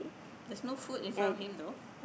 there's no food in front of him though